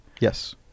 Yes